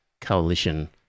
coalition